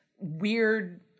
weird